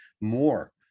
more